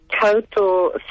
total